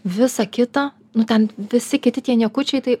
visą kitą nu ten visi kiti tie niekučiai tai